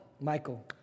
Michael